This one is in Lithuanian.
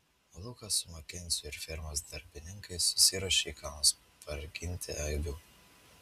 lukas su makenziu ir fermos darbininkais susiruošė į kalnus parginti avių